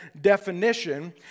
definition